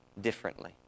differently